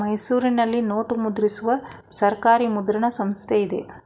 ಮೈಸೂರಿನಲ್ಲಿ ನೋಟು ಮುದ್ರಿಸುವ ಸರ್ಕಾರಿ ಮುದ್ರಣ ಸಂಸ್ಥೆ ಇದೆ